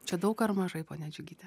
čia daug ar mažai ponia džiugyte